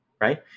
right